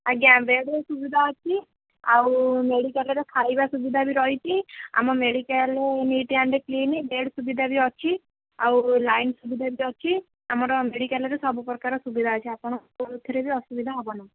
ଆଜ୍ଞା ବେଡ଼୍ର ସୁବିଧା ଅଛି ଆଉ ମେଡ଼ିକାଲ୍ରେ ଖାଇବା ସୁବିଧା ବି ରହିଚି ଆମ ମେଡ଼ିକାଲ୍ରେ ନୀଟ୍ ଆଣ୍ଡ କ୍ଲିନ୍ ବେଡ଼୍ ସୁବିଧା ବି ଅଛି ଆଉ ଲାଇନ୍ ସୁବିଧା ବି ଅଛି ଆମର ମେଡ଼ିକାଲ୍ରେ ସବୁ ପ୍ରକାର ସୁବିଧା ଅଛି ଆପଣଙ୍କୁ କେଉଁଥିରେ ବି ଅସୁବିଧା ହେବନାହିଁ